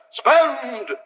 spend